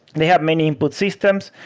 they have many input systems.